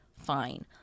fine